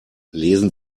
lesen